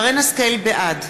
בעד